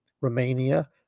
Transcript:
Romania